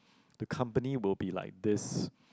the company will be like this